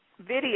video